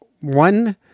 one